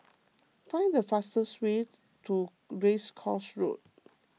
find the fastest way to Race Course Road